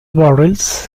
barrels